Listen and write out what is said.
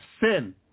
sin